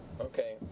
Okay